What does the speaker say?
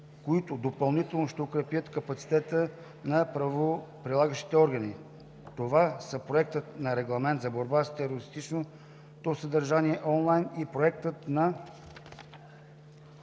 които допълнително ще укрепят капацитета на правоприлагащите органи. Това са Проектът на регламент за борба с терористичното съдържание онлайн и Проектът на